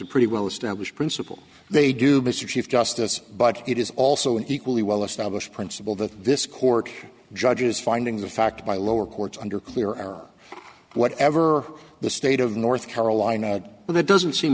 a pretty well established principle they do because of chief justice but it is also an equally well established principle that this court judge's findings of fact by lower courts under clear are whatever the state of north carolina but that doesn't seem